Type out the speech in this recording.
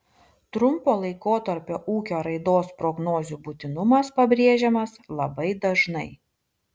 trumpo laikotarpio ūkio raidos prognozių būtinumas pabrėžiamas labai dažnai